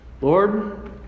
Lord